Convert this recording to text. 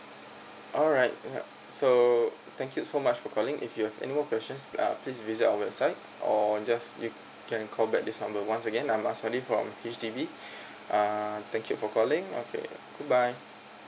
alright yup so thank you so much for calling if you have any more questions uh please visit our website or just you can call back this number once again I'm asmali from H_D_B uh thank you for calling okay good bye